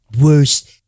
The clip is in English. worst